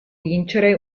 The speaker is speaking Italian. vincere